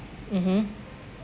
mmhmm